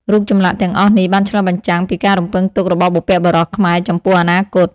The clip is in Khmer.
រូបចម្លាក់ទាំងអស់នេះបានឆ្លុះបញ្ចាំងពីការរំពឹងទុករបស់បុព្វបុរសខ្មែរចំពោះអនាគត។